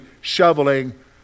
shoveling